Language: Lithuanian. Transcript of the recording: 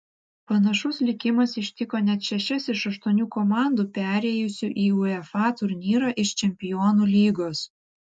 panašus likimas ištiko net šešias iš aštuonių komandų perėjusių į uefa turnyrą iš čempionų lygos